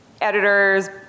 editors